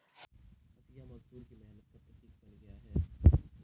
हँसिया मजदूरों की मेहनत का प्रतीक बन गया है